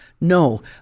No